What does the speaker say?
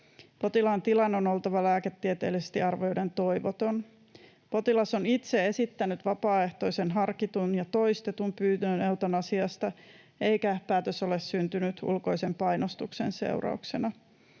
Potilaan tilan on oltava lääketieteellisesti arvioiden toivoton. Potilas on itse esittänyt vapaaehtoisen, harkitun ja toistetun pyynnön eutanasiasta, eikä päätös ole syntynyt ulkoisen painostuksen seurauksena.